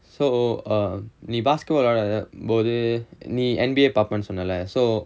so err நீ:nee basketball விளையாடும் போது நீ:vilaiyaadum pothu nee M_B_A பாப்பேன் சொன்னலே:paappaen sonnalae so